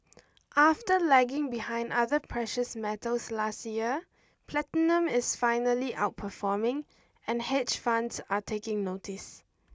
after lagging behind other precious metals last year platinum is finally outperforming and hedge funds are taking notice